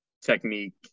technique